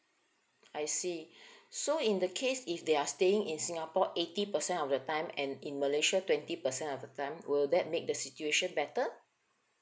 I see so in the case if they are staying in singapore eighty percent of the time and in malaysia twenty percent of the time will that make the situation better